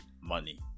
money